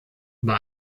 bei